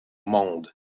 monde